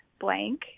blank